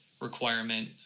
requirement